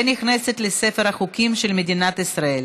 ונכנסת לספר החוקים של מדינת ישראל.